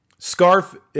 Scarf